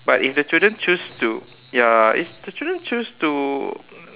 but if the children choose to ya if the children choose to